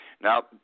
Now